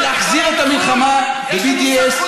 ולהחזיר את המלחמה ב-BDS,